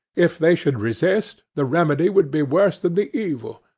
if they should resist, the remedy would be worse than the evil.